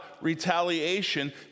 retaliation